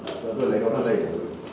sebab tu lain orang lain [pe]